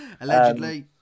Allegedly